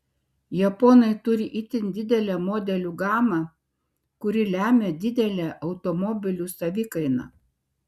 japonai turi itin didelę modelių gamą kuri lemią didelę automobilių savikainą